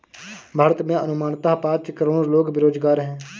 भारत में अनुमानतः पांच करोड़ लोग बेरोज़गार है